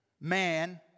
man